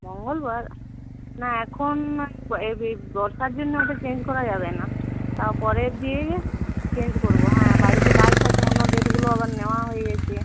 মঙ্গলবার না এখন নয় এ বে বর্ষার জন্য ওটা চেঞ্জ করা যাবে না তার পরের দিকে চেঞ্জ করবো হ্যাঁ বাড়িতে ক্লাস আছে অন্য ডেটগুলো আবার নোওয়া হয়ে গেছে